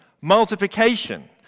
Multiplication